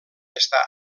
està